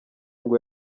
ngo